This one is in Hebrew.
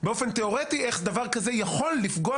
באופן תיאורטי איך דבר כזה יכול לפגוע